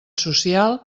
social